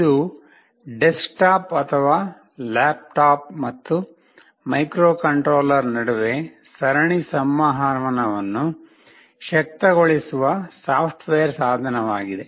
ಇದು ಡೆಸ್ಕ್ಟಾಪ್ ಅಥವಾ ಲ್ಯಾಪ್ಟಾಪ್ ಮತ್ತು ಮೈಕ್ರೊಕಂಟ್ರೋಲರ್ ನಡುವೆ ಸರಣಿ ಸಂವಹನವನ್ನು ಶಕ್ತಗೊಳಿಸುವ ಸಾಫ್ಟ್ವೇರ್ ಸಾಧನವಾಗಿದೆ